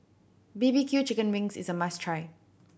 B B Q chicken wings is a must try